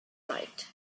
light